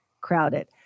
crowded